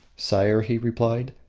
sire, he replied,